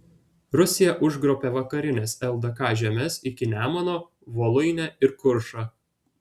rusija užgrobė vakarines ldk žemes iki nemuno voluinę ir kuršą